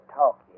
talk